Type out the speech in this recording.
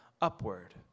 upward